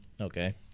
Okay